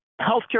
healthcare